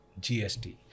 GST